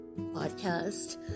podcast